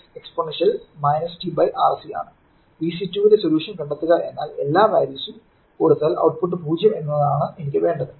Vc2 ന്റെ solution കണ്ടെത്തുക എന്നാൽ എല്ലാ വാല്യൂസ്ഉം കൊടുത്താൽ ഔട്ട്പുട്ട് 0 എന്നതാണ് എനിക്ക് വേണ്ടത്